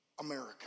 America